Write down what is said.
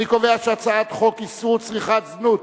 אני קובע שהצעת חוק איסור צריכת זנות